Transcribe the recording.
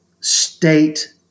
state